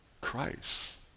Christ